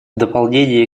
дополнение